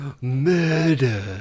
Murder